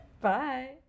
Bye